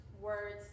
words